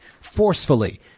forcefully